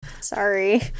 sorry